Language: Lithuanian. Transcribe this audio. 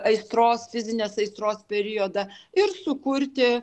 aistros fizinės aistros periodą ir sukurti